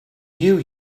new